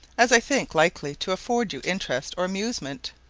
as i think likely to afford you interest or amusement.